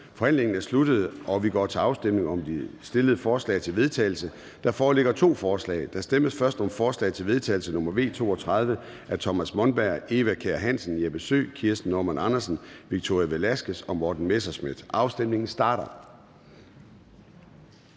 Forhandlingen er sluttet, og vi går til afstemning om de stillede forslag til vedtagelse. Der foreligger to forslag. Der stemmes først om forslag til vedtagelse nr. V 32 af Thomas Monberg (S), Eva Kjer Hansen (V), Jeppe Søe (M), Kirsten Normann Andersen (SF), Victoria Velasquez (EL) og Morten Messerschmidt (DF). Afstemningen starter.